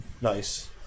Nice